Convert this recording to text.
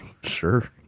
Sure